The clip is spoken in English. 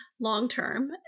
long-term